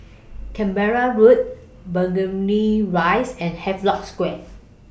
Canberra Road Burgundy Rise and Havelock Square